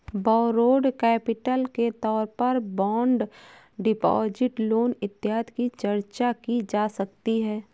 borrowed capital के तौर पर बॉन्ड डिपॉजिट लोन इत्यादि की चर्चा की जा सकती है